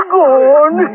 gone